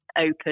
open